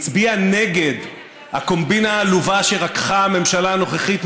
הצביע נגד הקומבינה העלובה שרקחה הממשלה הנוכחית,